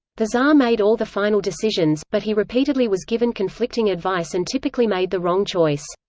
the tsar made all the final decisions, but he repeatedly was given conflicting advice and typically made the wrong choice.